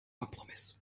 kompromiss